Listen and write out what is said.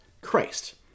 Christ